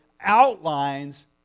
outlines